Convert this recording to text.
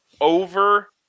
over –